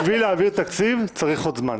בשביל להעביר תקציב, צריך עוד זמן.